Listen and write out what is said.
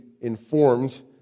informed